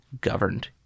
governed